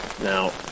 Now